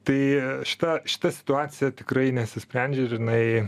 tai šita šita situacija tikrai nesisprendžia ir jinai